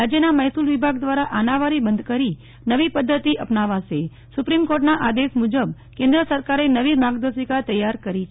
રાજ્યના મહેસુલ વિભાગ દ્વારા આનાવારી બંધ કરી નવી પદ્ધતિ અપનાવશે સુપ્રીમ કોર્ટ નાં આદેશ મુજબ કેન્દ્ર સરકારે નવી માર્ગદર્શિકા તૈયાર કરી છે